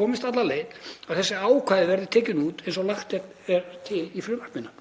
komist alla leið og þessi ákvæði verði tekin út eins og lagt er til í frumvarpinu.